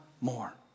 more